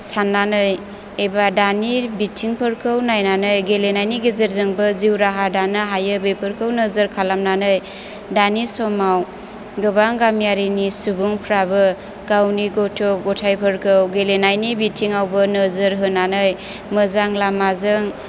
सान्नानै एबा दानि बिथिंफोरखौ नायनानै गेलेनायनि गेजेरजोंबो जिउ राहा दानो हायो बेफोरखौ नोजोर खालामनानै दानि समाव गोबां गामियारिनि सुबुंफ्राबो गावनि गथ' गथायफोरखौ गेलेनायनि बिथिङावबो नोजोर होनानै मोजां लामाजों